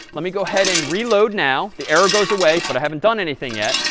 let me go ahead and reload now. the error goes away, but i haven't done anything yet.